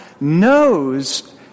knows